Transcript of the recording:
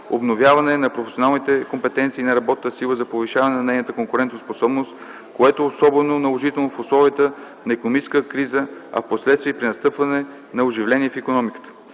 обновяване на професионалните компетенции на работната сила за повишаване на нейната конкурентоспособност, което е особено наложително в условията на икономическа криза, а впоследствие и при настъпване на оживление в икономиката.